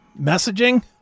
Messaging